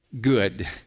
good